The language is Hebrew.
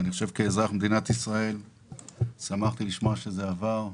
כאזרח במדינת ישראל שמחתי לשמוע שהתקציב עבר.